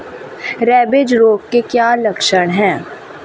Rabies रोग के क्या लक्षण है?